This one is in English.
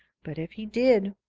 but if he did,